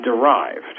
derived